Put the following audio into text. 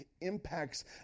impacts